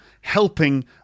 helping